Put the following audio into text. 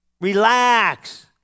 Relax